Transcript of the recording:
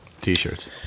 T-shirts